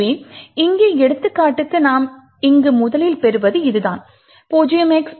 எனவே இங்கே எடுத்துக்காட்டுக்கு நாம் இங்கு முதலில் பெறுவது இதுதான் 0x0XC3